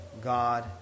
God